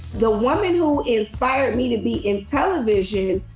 the woman who inspired me to be in television